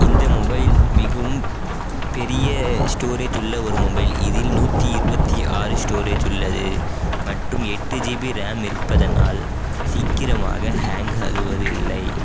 இந்த மொபைல் மிகவும் பெரிய ஸ்டோரேஜ் உள்ள ஒரு மொபைல் இதில் நூற்று இருபத்தி ஆறு ஸ்டோரேஜ் உள்ளது மட்டும் எட்டு ஜிபி ரேம் இருப்பதனால் அது சீக்கிரமாக ஹேங்க் ஆகுவதில்லை